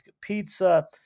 pizza